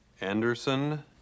Anderson